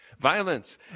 Violence